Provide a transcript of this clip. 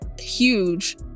huge